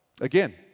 Again